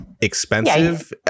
expensive